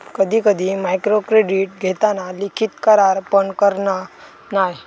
कधी कधी मायक्रोक्रेडीट घेताना लिखित करार पण करना नाय